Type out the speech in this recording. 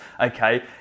okay